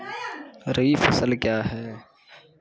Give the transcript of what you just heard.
रबी फसल क्या हैं?